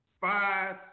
five